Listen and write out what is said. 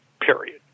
period